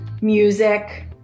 music